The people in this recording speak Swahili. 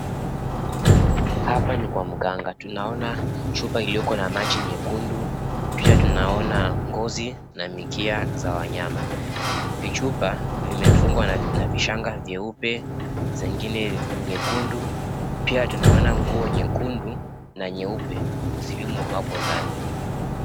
Hapa ni kwa mganga. Tunaona chupa iliyoko na maji nyekundu, pia tunaona ngozi na mikia za wanyama. vichupa vimefungwa na vishanga vyeupe, zingine nyekundu. Pia tunaona nguo nyekundu na nyeupe zilimo apo ndani.